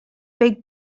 big